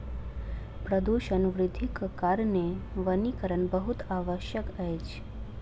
प्रदूषण वृद्धिक कारणेँ वनीकरण बहुत आवश्यक अछि